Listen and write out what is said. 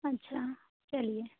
अच्छा चलिए